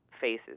faces